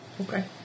Okay